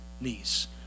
knees